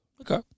Okay